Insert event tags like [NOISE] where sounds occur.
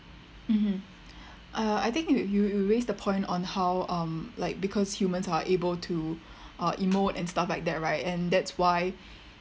mmhmm uh I think you you you raised the point on how um like because humans are able to uh emote and stuff like that right and that's why [BREATH]